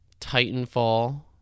Titanfall